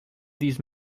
these